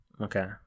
Okay